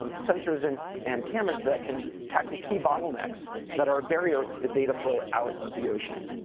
um sensors and and cameras that can tackle key bottlenecks that are barrier to the data flow out of the ocean.